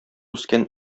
үскән